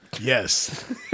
Yes